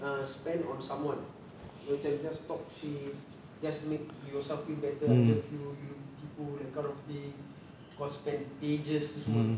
err spend on someone [tau] dia macam just talk shit just make yourself feel better I love you you love beautiful that kind of thing kau spend pages tu semua